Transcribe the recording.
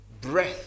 breath